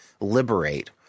liberate